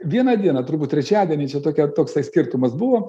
vieną dieną turbūt trečiadienį čia tokia toksai skirtumas buvo